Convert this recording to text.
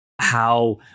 how-